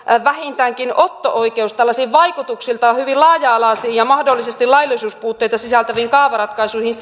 otto oikeus tällaisiin vaikutuksiltaan hyvin laaja alaisiin ja mahdollisesti laillisuuspuutteita sisältäviin kaavaratkaisuihin